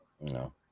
No